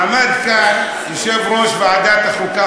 עמד כאן יושב-ראש ועדת החוקה,